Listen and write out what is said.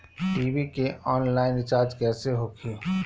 TV के online recharge कैसे होखी?